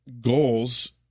goals